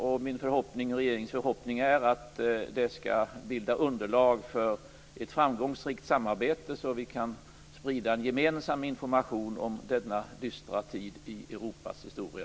Det är min och regeringens förhoppning att det skall bilda underlag för ett framgångsrikt samarbete så att vi kan sprida en gemensam information om denna dystra tid i Europas historia.